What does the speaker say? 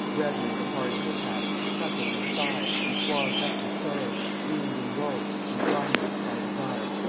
brethren to hard mishap, suckled with sighs, and swathed up in sorrow, weaned in woe, and dry nursed by desire,